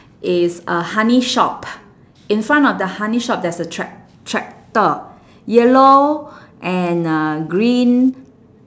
is a honey shop in front of the honey shop there's a tract~ tractor yellow and uh green